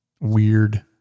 weird